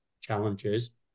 challenges